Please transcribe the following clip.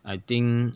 I think